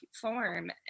form